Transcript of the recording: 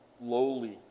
lowly